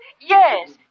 Yes